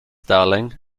darling